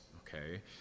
okay